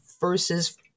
versus